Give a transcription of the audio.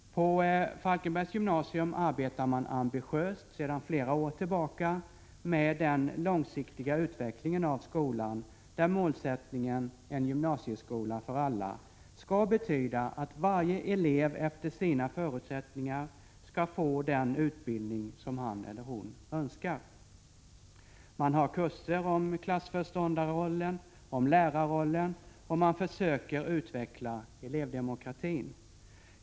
På Falkenbergs gymnasium arbetar man sedan flera år tillbaka ambitiöst med den långsiktiga utvecklingen av skolan, där målsättningen — en gymnasieskola för alla — betyder att varje elev efter sina förutsättningar skall få den utbildning som han eller hon önskar. Man har kurser om klassföreståndarrollen och om lärarrollen, och man försöker utveckla elevdemokratin.